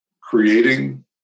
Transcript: creating